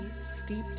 steeped